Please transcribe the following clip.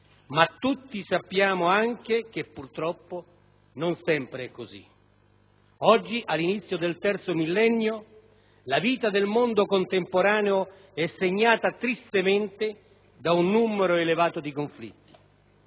ma tutti sappiamo anche che purtroppo non sempre è così. Oggi, all'inizio del terzo millennio, la vita del mondo contemporaneo è segnata tristemente da un numero elevato di conflitti.